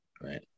right